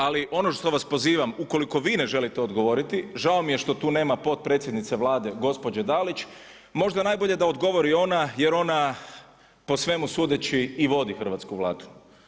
Ali ono što vas pozivam ukoliko vi ne želite odgovoriti žao mi je što tu nema potpredsjednice Vlade gospođe Dalić možda najbolje da odgovori ona, jer ona po svemu sudeći i vodi hrvatsku Vladu.